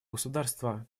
государства